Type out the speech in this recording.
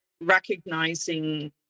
recognizing